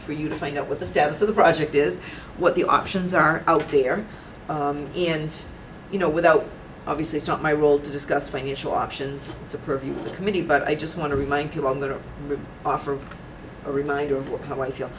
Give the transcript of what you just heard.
for you to find out what the status of the project is what the options are out there and you know without obviously it's not my role to discuss financial options to preview the committee but i just want to remind people on the offer a reminder of what i feel